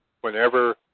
whenever